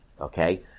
Okay